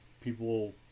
people